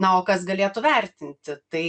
na o kas galėtų vertinti tai